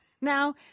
now